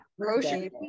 Grocery